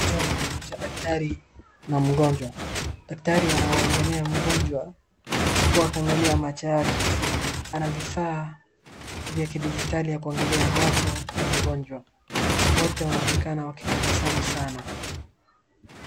Mchoro huu unaonyesha daktari na mgonjwa. Daktari anauangalia mgonjwa huku akiangalia macho yake, ana vifaaa vya kidijitali ya kuangalia macho ya mgonjwa. Wote wanaonekana wakitabasamu sana.